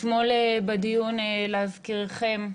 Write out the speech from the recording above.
אתמול בדיון, להזכירכם,